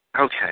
Okay